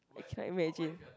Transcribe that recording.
I cannot imagine